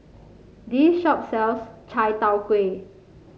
this shop sells Chai Tow Kway